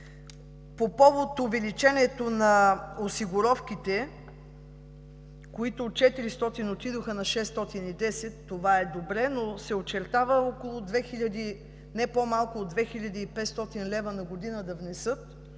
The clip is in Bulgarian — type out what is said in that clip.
по повод увеличението на осигуровките, които от 400 лв. отидоха на 610 лв. – това е добре, но се очертава не по-малко от 2500 лв. на година да внесат